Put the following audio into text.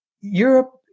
Europe